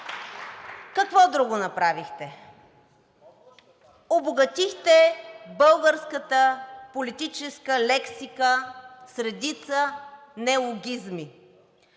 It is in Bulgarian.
Какво друго направихте? Обогатихте българската политическа лексика с редица неологизми,